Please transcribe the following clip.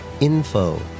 info